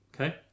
Okay